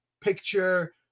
picture